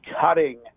cutting